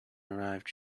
arrived